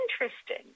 interesting